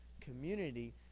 community